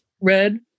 red